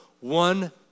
One